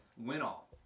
win-all